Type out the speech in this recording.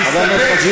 למה לא שתקת?